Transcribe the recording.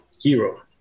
Hero